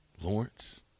Lawrence